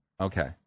okay